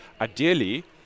ideally